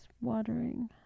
watering